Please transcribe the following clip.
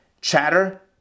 chatter